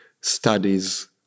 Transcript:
studies